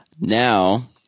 Now